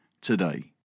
today